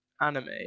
anime